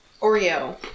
Oreo